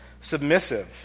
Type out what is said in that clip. Submissive